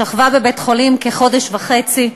שכבה בבית-חולים כחודש וחצי,